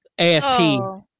afp